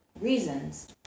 reasons